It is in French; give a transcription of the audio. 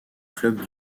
club